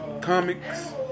comics